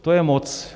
To je moc.